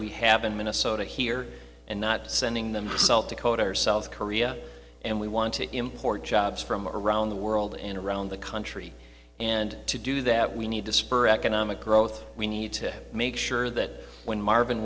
we have in minnesota here and not sending them to code ourselves korea and we want to import jobs from around the world and around the country and to do that we need to spur economic growth we need to make sure that when marvin